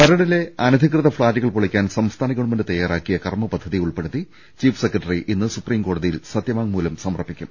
മരടിലെ അനധികൃത ഫ്ളാറ്റുകൾ പൊളിക്കാൻ സംസ്ഥാന ഗവൺമെന്റ് തയ്യാറാക്കിയ കർമ്മപദ്ധതി ഉൾപ്പെടുത്തി ചീഫ് സെക്രട്ടറി ഇന്ന് സുപ്രീം കോടതിയിൽ സത്യവാങ്മൂലം സ്മർപ്പിക്കും